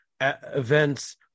events